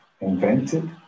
invented